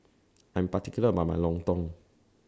I'm particular about My Lontong